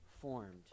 formed